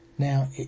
Now